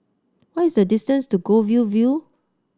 what is the distance to Goldhill View